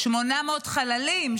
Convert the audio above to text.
800 חללים,